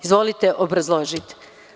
Izvolite, obrazložite.